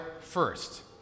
first